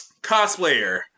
Cosplayer